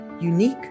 Unique